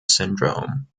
syndrome